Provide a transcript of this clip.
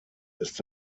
ist